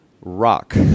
rock